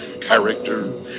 character